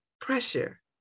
pressure